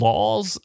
Laws